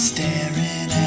Staring